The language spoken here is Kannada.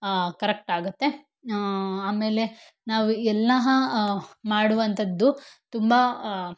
ಕರಕ್ಟ್ ಆಗುತ್ತೆ ಆಮೇಲೆ ನಾವು ಎಲ್ಲ ಮಾಡುವಂಥದ್ದು ತುಂಬ